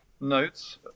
notes